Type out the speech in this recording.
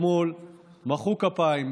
אתמול מחאו כפיים,